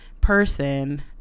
person